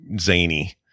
zany